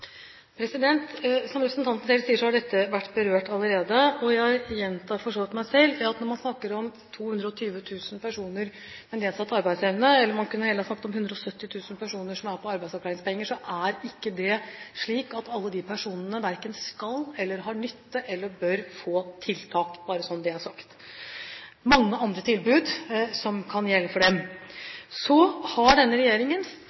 Som representanten selv sier, har dette vært berørt allerede, og jeg gjentar for så vidt meg selv: Når man snakker om 220 000 personer med nedsatt arbeidsevne – man kunne heller ha snakket om 170 000 personer som er på arbeidsavklaringspenger – er det ikke slik at alle de personene verken skal ha, har nytte av eller bør få tiltak, bare slik at det er sagt. Det er mange andre tilbud som kan gjelde for